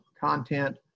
content